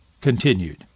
continued